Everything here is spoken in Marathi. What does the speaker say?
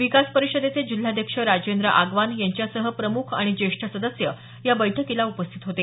विकास परिषदेचे जिल्हाध्यक्ष राजेंद्र आगवान यांच्यासह प्रमुख आणि ज्येष्ठ सदस्य या बैठकीला उपस्थित होते